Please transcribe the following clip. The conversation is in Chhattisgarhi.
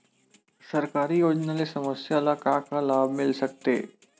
सरकारी योजना ले समस्या ल का का लाभ मिल सकते?